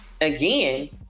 again